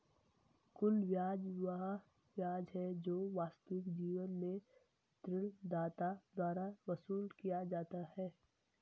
कुल ब्याज वह ब्याज है जो वास्तविक जीवन में ऋणदाता द्वारा वसूल किया जाता है